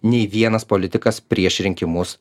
nei vienas politikas prieš rinkimus